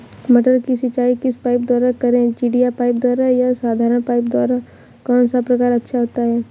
मटर की सिंचाई किस पाइप द्वारा करें चिड़िया पाइप द्वारा या साधारण पाइप द्वारा कौन सा प्रकार अच्छा होता है?